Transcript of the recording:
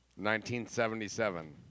1977